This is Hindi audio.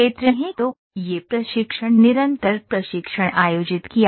तो यह प्रशिक्षण निरंतर प्रशिक्षण आयोजित किया जाना है